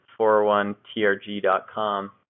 401TRG.com